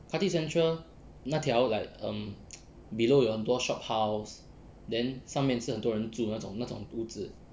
khatib central 那条 like um below 有很多 shophouse then 上面是有很多人住的那种那种屋子